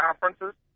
conferences